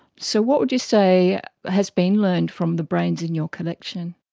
so what would you say has been learned from the brains in your collection?